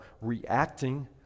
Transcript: reacting